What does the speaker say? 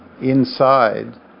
inside